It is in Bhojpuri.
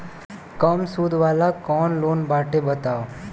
कम सूद वाला कौन लोन बाटे बताव?